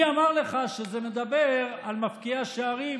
זה מדבר על מפקיעי השערים,